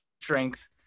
strength